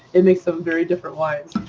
it makes them very different wines.